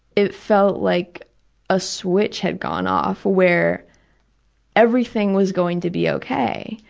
it felt like a switch had gone off where everything was going to be okay.